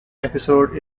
episode